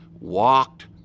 walked